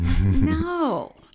no